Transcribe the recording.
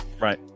Right